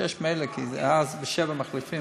06:00 מילא, כי ב-07:00 מחליפים,